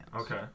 Okay